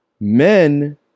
men